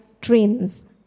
trains